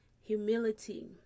Humility